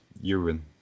urine